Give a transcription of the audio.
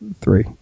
three